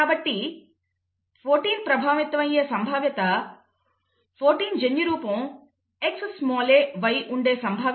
కాబట్టి 14 ప్రభావితం అయ్యే సంభావ్యత 14 జన్యురూపం XaY ఉండే సంభావ్యత ½ x ½ ¼